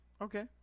Okay